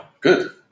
good